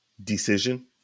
Decision